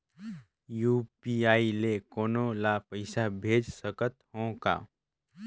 UPI ले कोनो ला पइसा भेज सकत हों का?